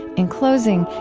in closing,